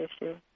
issue